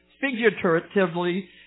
figuratively